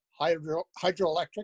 hydroelectric